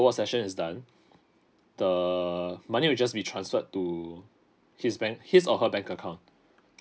award session is done the money will just be transferred to his bank his or her bank account